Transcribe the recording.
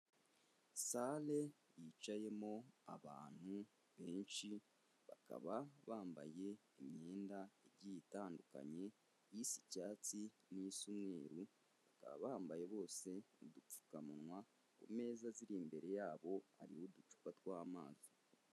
Sale yicayemo abantu benshi bakaba bambaye imyenda igiye itandukanye isa icyatsi n'isa umweru, bakaba bambaye bose udupfukamunwa ku meza ziri imbere yabo hariho uducupa tw'amazi.